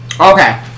Okay